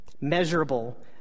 measurable